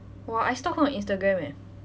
!wah! I stalk her on instagram eh